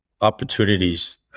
opportunities